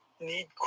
Need